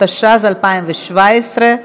התשע"ז 2017,